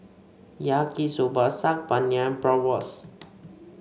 Yaki Soba Saag Paneer Bratwurst